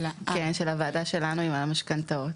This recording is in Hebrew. של הוועדה שלנו עם המשכנתאות.